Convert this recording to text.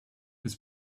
his